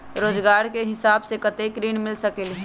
रोजगार के हिसाब से कतेक ऋण मिल सकेलि?